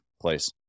place